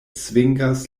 svingas